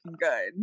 good